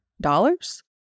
dollars